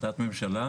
החלטת ממשלה.